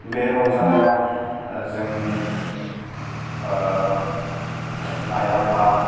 बे रंजानायाव जोंनि आइ आफा